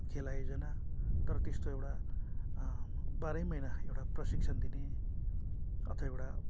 खेल आयोजना तर त्यस्तो एउटा बाह्रै महिना एउटा प्रशिक्षण दिने अथवा एउटा